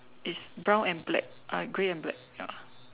it's brown and black uh grey and black ya